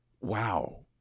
wow